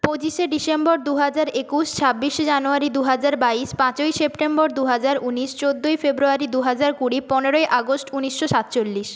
পঁচিশে ডিসেম্বর দুহাজার একুশ ছাব্বিশে জানুয়ারি দুহাজার বাইশ পাঁচই সেপ্টেম্বর দুহাজার উনিশ চোদ্দোই ফেব্রুয়ারি দুহাজার কুড়ি পনেরোই আগস্ট ঊনিশশো সাতচল্লিশ